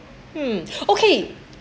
um okay